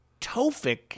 tofik